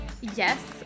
yes